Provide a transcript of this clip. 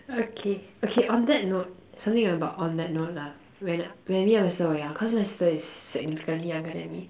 okay okay on that note something about on that note lah when me and my sister were young because my sister is significantly younger than me